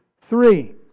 three